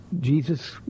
Jesus